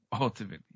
ultimately